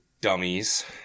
dummies